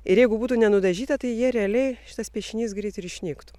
ir jeigu būtų nenudažyta tai jie realiai šitas piešinys greit ir išnyktų